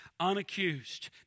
unaccused